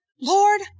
Lord